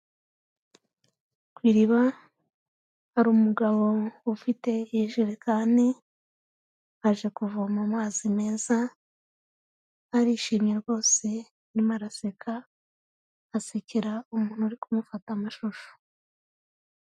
Ku iriba hari umugabo ufite ijerekani, aje kuvoma amazi meza, arishimye rwose arimo araseka, asekera umuntu uri kumufata amashusho.